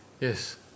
Yes